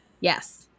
Yes